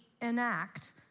enact